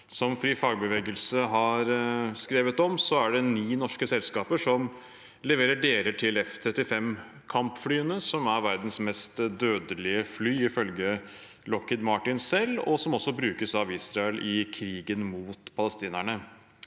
Som FriFagbevegelse har skrevet om, er det ni norske selskaper som leverer deler til F-35-kampflyene, som er verdens mest dødelige fly, ifølge Lockheed Martin selv, og som også brukes av Israel i krigen mot palestinerne.